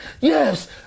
yes